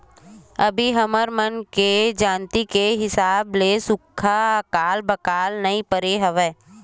अभी हमर मन के जानती के हिसाब ले सुक्खा अकाल वकाल तो नइ परे हवय